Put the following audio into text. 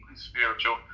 Spiritual